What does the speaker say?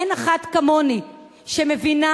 אין אחת כמוני שמבינה,